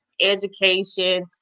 education